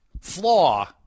flaw